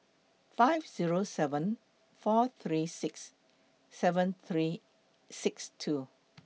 five Zero seven four three six seven three six two